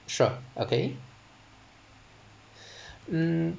sure okay mm